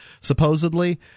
supposedly